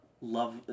love